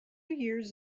years